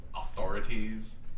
authorities